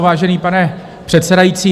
Vážený pane předsedající.